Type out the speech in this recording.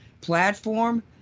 platform